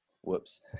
Whoops